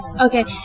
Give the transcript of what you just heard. Okay